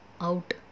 out